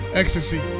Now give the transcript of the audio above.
ecstasy